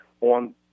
on